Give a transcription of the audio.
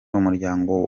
umuryango